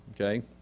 Okay